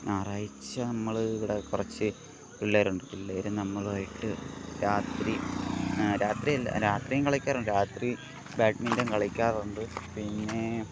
ഞായറാഴ്ച നമ്മൾ ഇവിടെ കുറച്ച് പിള്ളേരുണ്ട് പിള്ളേരും നമ്മളുമായിട്ട് രാത്രി രാത്രി അല്ല രാത്രിയും കളിക്കാറുണ്ട് രാത്രി ബാഡ്മിൻറ്റൺ കളിക്കാറുണ്ട് പിന്നേ